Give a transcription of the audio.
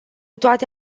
toate